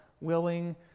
willing